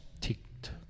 ticked